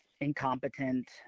incompetent